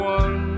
one